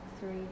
Three